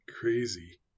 crazy